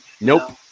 Nope